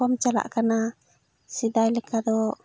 ᱠᱚᱢ ᱪᱟᱞᱟᱜ ᱠᱟᱱᱟ ᱥᱮᱰᱟᱭ ᱞᱮᱠᱟ ᱫᱚ